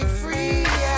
free